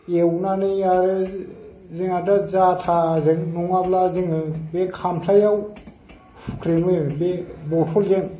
एवनानै आरो जोंहा दा जाथाजों नङाब्ला जोङो बे खामफ्लायाव हुख्रेमो बे बथलजों